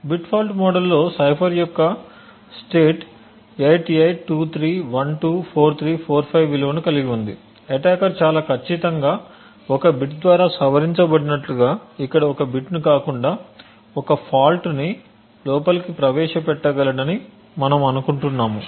bit fault మోడల్లో cipher యొక్క state 8823124345 విలువను కలిగి ఉంది అటాకర్ చాలా ఖచ్చితంగా ఒక బిట్ ద్వారా సవరించబడినట్లుగా ఇక్కడ ఒక బిట్ను కాకుండా ఒక ఫాల్ట్ను లోపలికి ప్రవేశపెట్టగలడని మనము అనుకుంటాము